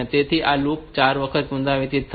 તેથી આ લૂપ 4 વખત પુનરાવર્તિત થશે